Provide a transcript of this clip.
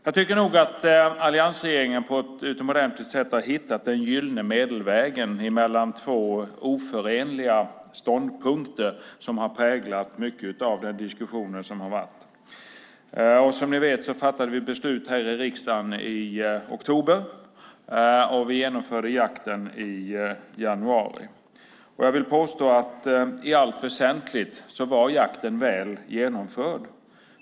Jag tycker att alliansregeringen på ett utomordentligt sätt har hittat en gyllene medelväg mellan de två oförenliga ståndpunkter som har präglat mycket av den diskussion som har varit. Som ni vet fattade vi beslut i riksdagen i oktober, och jakten genomfördes i januari. Jag vill påstå att i allt väsentligt var jakten väl genomförd.